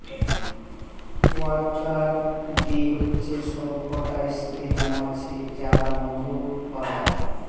worker বী হচ্যে সব কটা স্ত্রী মমাছি যারা মধু বালায়